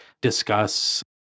discuss